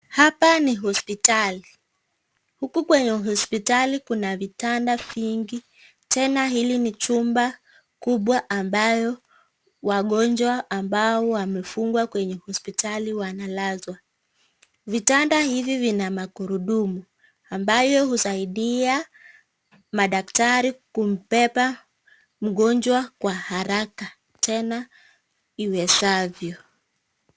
Hapa ni hospitali. Huku kwenye hospitali kuna vitanda vingi, tena hili ni chumba kubwa ambayo wagonjwa ambao wamefungwa kwenye hospitali wanalazwa. Vitanda hivi vina magurudumu, ambayo husaidia madaktari kumbeba mgonjwa kwa haraka tena iwezavyo.